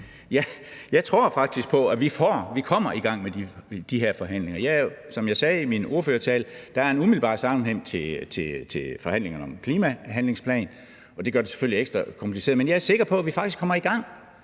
Jeg tror faktisk på, at vi kommer i gang med de her forhandlinger. Som jeg sagde i min ordførertale, er der en umiddelbar sammenhæng med forhandlingerne om klimahandlingsplanen, og det gør det selvfølgelig ekstra kompliceret. Men jeg er sikker på, at vi faktisk kommer i gang